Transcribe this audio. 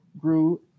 grew